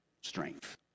strength